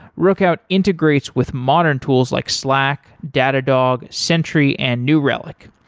rookout integrates with modern tools like slack, datadog, sentry and new relic.